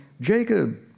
Jacob